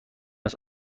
است